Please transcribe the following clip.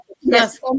Yes